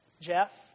Jeff